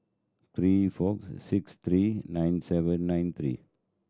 three four six three nine seven nine three